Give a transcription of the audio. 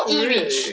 !ee!